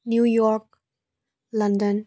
New York London